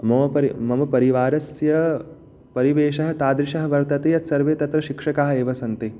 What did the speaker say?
मो परि मम परिवारस्य परिवेशः तादृशः वर्तते यत् सर्वे तत्र शिक्षकाः एव सन्ति